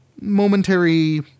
momentary